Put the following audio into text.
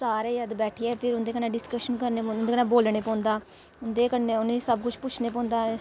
सारे जद् बैठियै फिर उं'दे कन्नै डिस्कशन करने पौंदी उं'दे कन्नै बोलना पौंदा उं'दे कन्नै उ'नेंगी सब कुछ पुच्छने पौंदा